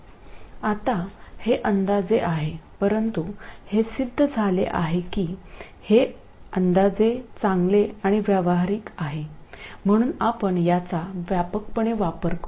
आता हे अंदाजे आहे परंतु हे सिद्ध झाले आहे की हे अंदाजे चांगले आणि व्यावहारिक आहे म्हणून आपण याचा व्यापकपणे वापर करू